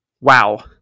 wow